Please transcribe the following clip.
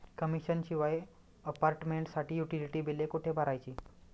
Commission शिवाय अपार्टमेंटसाठी utility बिले कुठे भरायची?